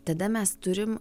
tada mes turim